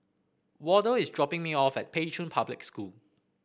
Wardell is dropping me off at Pei Chun Public School